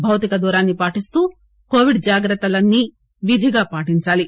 భౌతిక దూరాన్ని పాటిస్తూ కోవిడ్ జాగ్రత్తలన్నీ విధిగా పాటించాలి